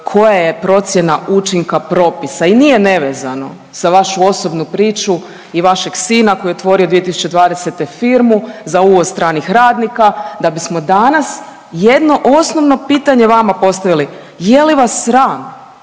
koja je procjena učinka propisa i nije nevezano za vašu osobnu priču i vašeg sina koji je otvorio 2020. firmu za uvoz stranih radnika da bismo danas jedno osnovno pitanje vama postavili, je li vas sram?